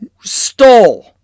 stole